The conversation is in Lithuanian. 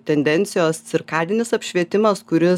tendencijos cirkadinis apšvietimas kuris